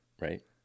right